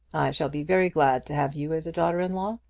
shall be very glad to have you as a daughter-in-law.